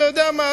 אתה יודע מה?